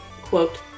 quote